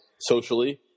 socially